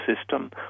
system